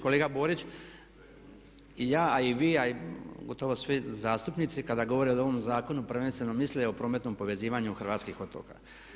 Kolega Borić, ja a i vi a i gotovo svi zastupnici kada govore o ovom zakonu prvenstveno misle o prometnom povezivanju hrvatskih otoka.